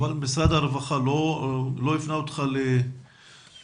אבל משרד הרווחה לא הפנה אותך ל --- א.ש: